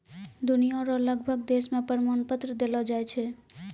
दुनिया रो लगभग देश मे प्रमाण पत्र देलो जाय छै